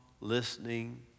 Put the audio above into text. listening